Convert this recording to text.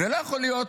לא יכול להיות